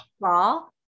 fall